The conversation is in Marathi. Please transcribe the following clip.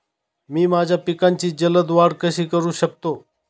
मी माझ्या पिकांची जलद वाढ कशी करू शकतो?